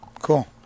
cool